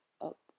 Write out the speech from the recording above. up